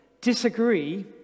disagree